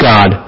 God